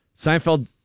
Seinfeld